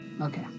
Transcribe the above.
okay